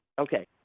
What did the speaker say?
Okay